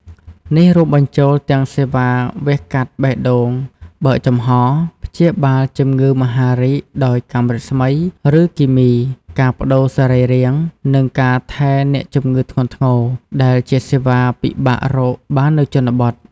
នេះរួមបញ្ចូលទាំងសេវាវះកាត់បេះដូងបើកចំហ ព្យាបាលជំងឺមហារីកដោយកាំរស្មី ឬគីមី ការប្តូរសរីរាង្គ និងការថែទាំអ្នកជំងឺធ្ងន់ធ្ងរ ដែលជាសេវាពិបាករកបាននៅជនបទ។